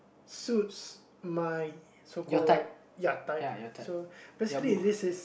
suits my so called like ya time so basically if this is